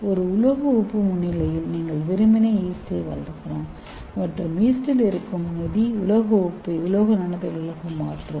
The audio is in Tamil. ஒரு உலோக உப்பு முன்னிலையில் நீங்கள் வெறுமனே ஈஸ்டை வளர்க்கலாம் மற்றும் ஈஸ்டில் இருக்கும் நொதி உலோக உப்பை உலோக நானோதுகள்களாக மாற்றும்